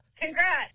Congrats